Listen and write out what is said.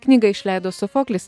knygą išleido sofoklis